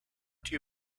too